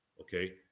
Okay